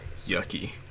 yucky